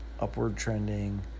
upward-trending